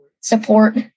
support